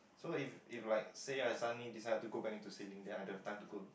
so if if like say right suddenly decided to go back into sailing then I don't have time to go